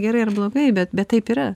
gerai ar blogai bet bet taip yra